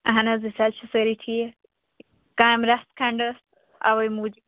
اہن حظ أسۍ حظ چھِ سٲری ٹھیٖک کامہِ رژھ کھنٛٛڈ ٲس اَوے موٗجوٗب